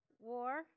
War